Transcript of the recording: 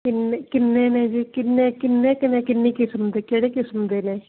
ਕਿੰਨੇ ਕਿੰਨੇ ਨੇ ਜੀ ਕਿੰਨੇ ਕਿੰਨੇ ਕ ਨੇ ਕਿੰਨੀ ਕਿਸਮ ਦੇ ਕਿਹੜੇ ਕਿਸਮ ਦੇ ਨੇ